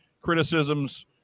criticisms